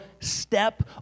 step